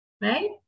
right